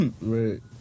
Right